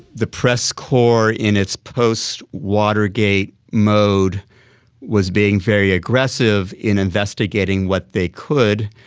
the press corps in its post-watergate mode was being very aggressive in investigating what they could,